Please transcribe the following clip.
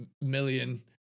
million